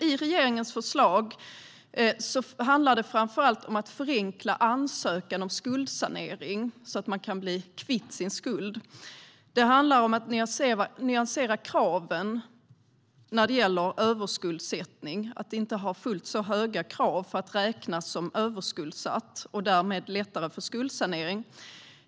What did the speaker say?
I regeringens förslag handlar det framför allt om att förenkla ansökan om skuldsanering, så att människor kan bli kvitt sin skuld. Det handlar om att nyansera kraven när det gäller överskuldsättning. Det ska inte vara fullt så höga krav för att någon ska räknas som överskuldsatt. Därmed blir det lättare att få skuldsanering.